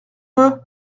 peu